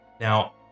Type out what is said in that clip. Now